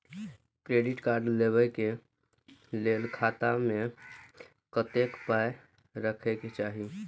Credit card लेबै के लेल खाता मे कतेक पाय राखै के चाही?